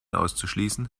auszuschließen